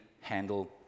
handle